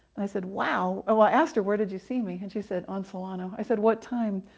i said, wow! ah i asked her where did you see me? and she said on solano. i said what time?